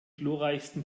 glorreichsten